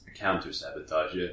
Counter-sabotage